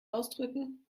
ausdrücken